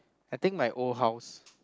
I think my old house